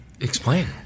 explain